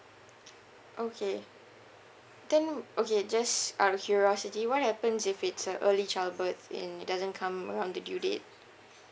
okay then okay just out of curiosity what happens if it's a early childbirth in it doesn't come around the due date